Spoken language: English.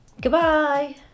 goodbye